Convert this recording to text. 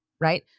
right